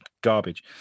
garbage